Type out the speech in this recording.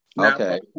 Okay